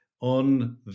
on